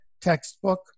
textbook